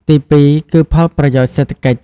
ទីពីរ គឺផលប្រយោជន៍សេដ្ឋកិច្ច។